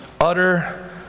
utter